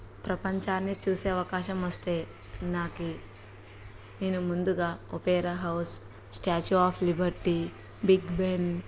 ప్రపంచాన్ని చూసే అవకాశం వస్తే నాకి నేను ముందుగా Opera House Statue of Liberty Big Ben